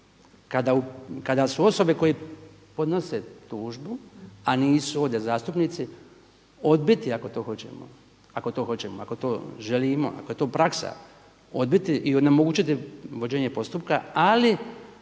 kada su osobe koje podnose tužbu a nisu ovdje zastupnici odbiti ako to hoćemo, ako to želimo, ako je to praksa odbiti i onemogućiti vođenje postupka ali